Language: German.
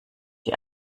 die